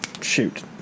shoot